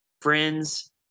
Friends